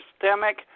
systemic